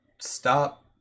Stop